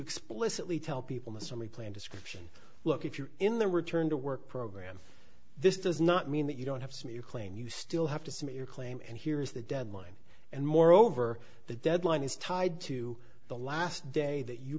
explicitly tell people this only plan description look if you're in the return to work program this does not mean that you don't have some you claim you still have to submit your claim and here is the deadline and moreover the deadline is tied to the last day that you